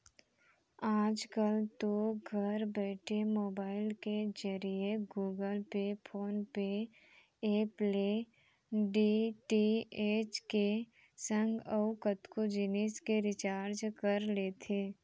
आजकल तो घर बइठे मोबईल के जरिए Google Pay, PhonePe app ले डी.टी.एच के संग अउ कतको जिनिस के रिचार्ज कर लेथे